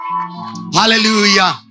Hallelujah